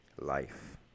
life